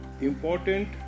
important